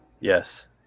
Yes